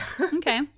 Okay